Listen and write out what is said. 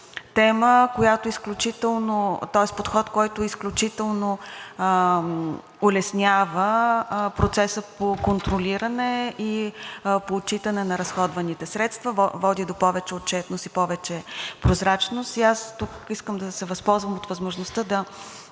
правната помощ – подход, който изключително улеснява процеса по контролиране и отчитане на разходваните средства, води до повече отчетност и повече прозрачност. Аз тук искам да се възползвам от възможността да